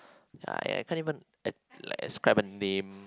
ya I can't even at~ like ascribe a name